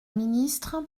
ministre